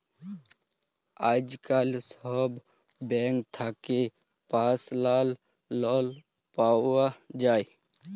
আইজকাল ছব ব্যাংক থ্যাকে পার্সলাল লল পাউয়া যায়